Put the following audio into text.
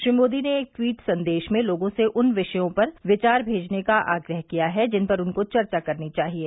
श्री मोदी ने एक ट्वीट संदेश में लोगों से उन विषयों पर विचार भेजने का आग्रह किया है जिन पर उनको चर्चा करनी चाहिये